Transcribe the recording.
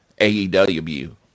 AEW